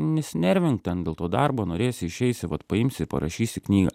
nesinervink ten dėl to darbo norėsi išeisi vat paimsi parašysi knygą